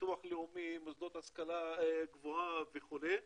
ביטוח לאומי, מוסדות להשכלה גבוהה וכו'.